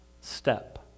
step